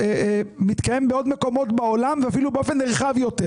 מתקיים בעוד מקומות בעולם ואפילו באופן נרחב יותר.